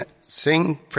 sing